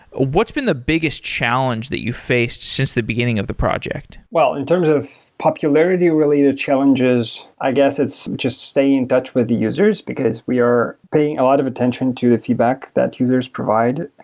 what's been the biggest challenge that you faced since the beginning of the project? well, in terms of popularity, really the challenge is i guess, it's just staying in touch with the users, because we are paying a lot of attention to the feedback that users provide.